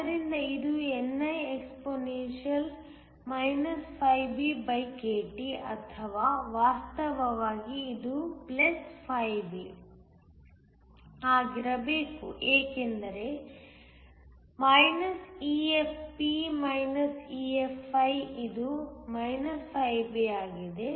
ಆದ್ದರಿಂದ ಇದು niexp BkTಅಥವಾ ವಾಸ್ತವವಾಗಿ ಇದು B ಆಗಿರಬೇಕು ಏಕೆಂದರೆ ಇದು ಮೈನಸ್ EFp EFi ಇದು B ಆಗಿದೆ